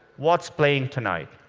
what's playing tonight?